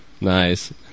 Nice